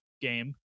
game